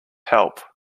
help